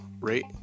rate